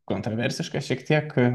kontroversiška šiek tiek